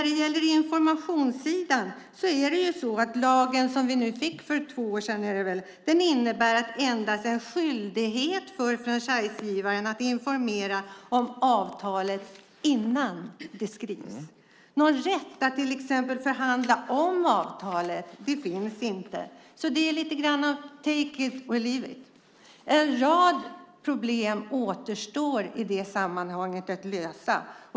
Den lag som vi fick för två år sedan innebär endast en skyldighet för franchisegivaren att informera om avtalet innan det skrivs. Någon rätt att till exempel förhandla om avtalet finns inte. Det är lite grann take it or leave it . En rad problem återstår att lösa i det sammanhanget.